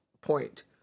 point